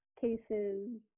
cases